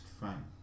fine